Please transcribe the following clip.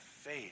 faith